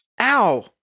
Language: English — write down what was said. Ow